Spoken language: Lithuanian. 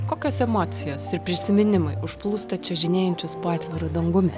kokios emocijos ir prisiminimai užplūsta čiuožinėjančius po atviru dangumi